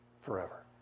forever